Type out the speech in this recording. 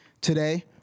today